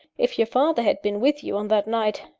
if your father had been with you on that night,